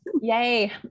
Yay